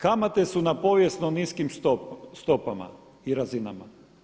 Kamate su na povijesno niskim stopama i razinama.